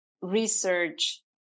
research